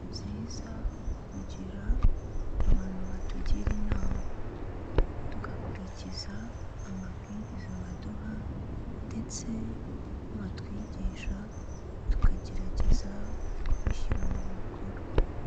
Ni byiza kugira abantu batugira inama, tugakurikiza amabwiriza baduha ndetse ibyo batwigisha tukagerageza kubishyira mu bikorwa.